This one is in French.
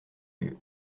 lieu